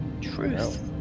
Truth